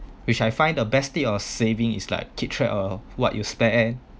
which is I find the best thing of saving is like keep track of what you spend